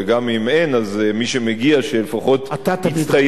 וגם אם אין אז מי שמגיע לפחות יצטייד,